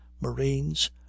marines